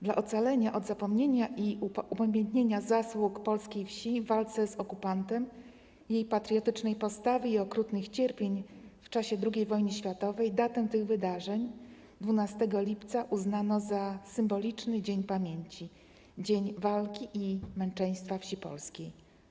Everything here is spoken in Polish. Dla ocalenia od zapomnienia i upamiętnienia zasług polskiej wsi w walce z okupantem, jej patriotycznej postawy i okrutnych cierpień w czasie II wojny światowej datę tych wydarzeń, 12 lipca, uznano za symboliczny dzień pamięci, Dzień Walki i Męczeństwa Wsi Polskiej.